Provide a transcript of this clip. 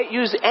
use